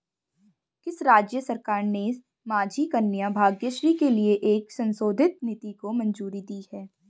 किस राज्य सरकार ने माझी कन्या भाग्यश्री के लिए एक संशोधित नीति को मंजूरी दी है?